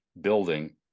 building